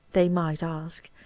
they might ask,